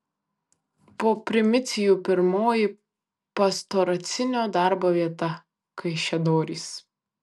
po primicijų pirmoji pastoracinio darbo vieta kaišiadorys